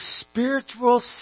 spiritual